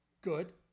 good